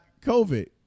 COVID